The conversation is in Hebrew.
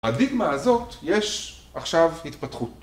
‫הדיגמה הזאת יש עכשיו התפתחות.